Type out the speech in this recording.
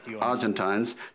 Argentines